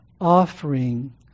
offering